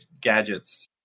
gadgets